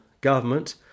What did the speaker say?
government